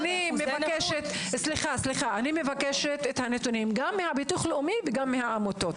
אני מבקשת נתונים גם מהביטוח הלאומי וגם מהעמותות.